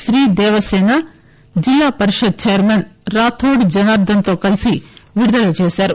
శ్రీ దేవసిన జిల్లా పరిషత్ చైర్మన్ రాథోడ్ జనార్దన్ తో కలిసి విడుదల చేశారు